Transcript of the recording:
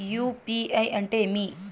UPI అంటే ఏమి?